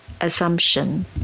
assumption